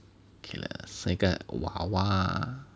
okay lah 生一个娃娃